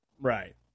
right